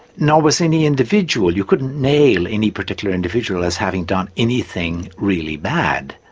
nor was any individual. you couldn't nail any particular individual as having done anything really bad,